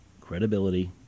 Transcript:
credibility